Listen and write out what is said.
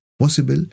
possible